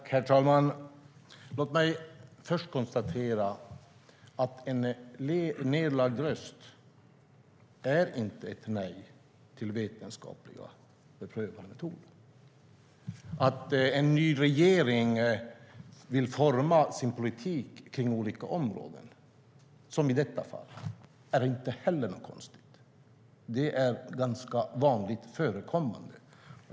Herr talman! Låt mig först konstatera att en nedlagd röst inte är ett nej till vetenskapligt beprövade metoder. Att en ny regering vill forma sin politik på olika områden, som i detta fall, är inte heller konstigt, utan det är ganska vanligt förekommande.